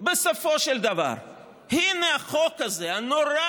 שלה בהחלט הייתה במקומה,